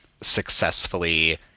successfully